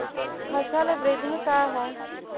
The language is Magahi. फसल वृद्धि का है?